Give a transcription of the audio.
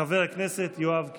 חבר הכנסת יואב קיש.